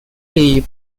lee